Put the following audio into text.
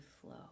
flow